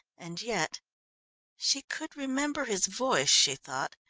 and yet she could remember his voice, she thought,